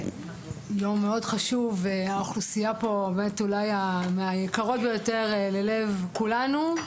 יום מאוד חשוב האוכלוסייה פה באמת אולי מהיקרות ביותר ללב כולנו.